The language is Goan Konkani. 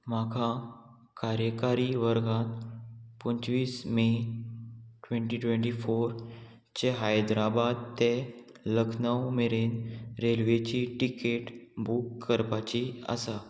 म्हाका कार्यकारी वर्गांत पंचवीस मे ट्वेंटी ट्वेंटी फोर चे हैदराबाद ते लखनव मेरेन रेल्वेची टिकेट बूक करपाची आसा